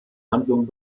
handlung